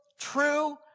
true